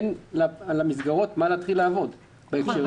אין למסגרות מה להתחיל לעבוד בהקשר הזה.